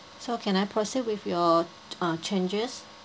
so can I proceed with your uh changes